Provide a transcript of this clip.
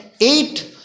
eight